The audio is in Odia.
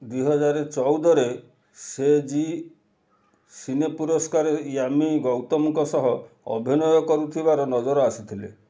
ଦୁଇହଜାରଚଉଦରେ ସେ ଜି ସିନେ ପୁରସ୍କାରରେ ୟାମି ଗୌତମଙ୍କ ସହ ଅଭିନୟ କରୁଥିବାର ନଜର ଆସିଥିଲେ